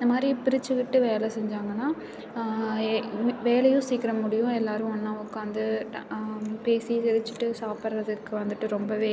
இந்தமாதிரி பிரிச்சிக்கிட்டு வேலை செஞ்சாங்கன்னா ஏ வ் வேலையும் சீக்கிரம் முடியும் எல்லாரும் ஒன்னாக உட்காந்து பேசி சிரிச்சிகிட்டு சாப்பிட்றதுக்கு வந்துவிட்டு ரொம்பவே